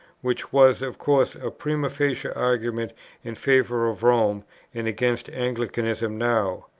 which was of course a prima facie argument in favour of rome and against anglicanism now.